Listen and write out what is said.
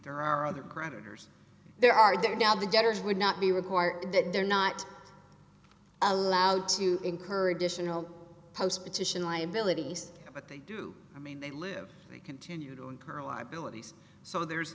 there are other creditors there are down the debtors would not be required that they're not allowed to incur additional post petition liabilities but they do i mean they live they continue to incur liabilities so there's